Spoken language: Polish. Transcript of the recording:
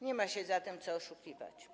Nie ma się zatem co oszukiwać.